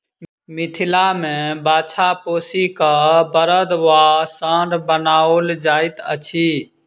मिथिला मे बाछा पोसि क बड़द वा साँढ़ बनाओल जाइत अछि